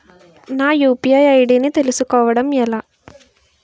నా UPI ID ని తెలుసుకోవడం ఎలా?